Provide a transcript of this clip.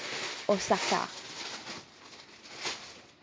osaka